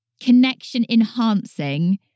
connection-enhancing